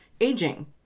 aging